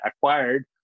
acquired